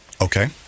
Okay